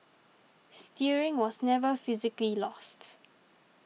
steering was never physically lost